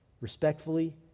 respectfully